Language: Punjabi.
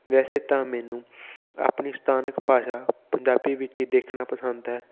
ਵੈਸੇ ਤਾਂ ਮੈਨੂੰ ਆਪਣੀ ਸਥਾਨਕ ਭਾਸ਼ਾ ਪੰਜਾਬੀ ਵਿੱਚ ਹੀ ਦੇਖਣਾ ਪਸੰਦ ਹੈ